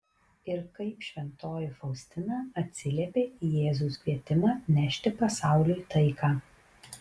ir kaip šventoji faustina atsiliepė į jėzaus kvietimą nešti pasauliui taiką